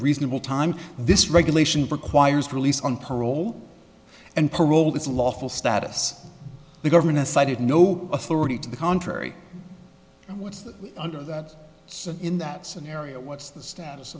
reasonable time this regulation requires released on parole and parole is a lawful status the government decided no authority to the contrary what's under that in that scenario what's the status